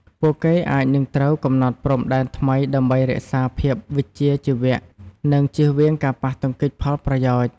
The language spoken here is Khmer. ពួកគេអាចនឹងត្រូវកំណត់ព្រំដែនថ្មីដើម្បីរក្សាភាពវិជ្ជាជីវៈ និងជៀសវាងការប៉ះទង្គិចផលប្រយោជន៍។